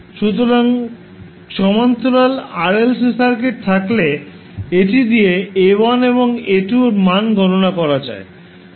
সুতরাং সমান্তরাল RLC circuit থাকলে এটি দিয়ে A1 এবং A2 এর মান গণনা করা যায়